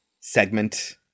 Segment